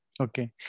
okay